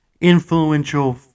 influential